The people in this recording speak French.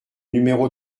numéro